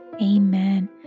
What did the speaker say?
Amen